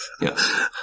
Yes